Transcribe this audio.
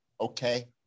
okay